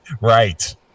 Right